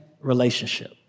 relationship